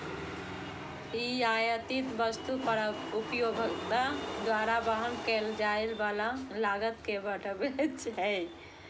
ई आयातित वस्तु पर उपभोक्ता द्वारा वहन कैल जाइ बला लागत कें बढ़बै छै